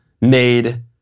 made